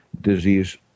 disease